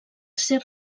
ser